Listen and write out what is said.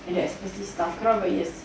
and the expensive stuff cannot even eat the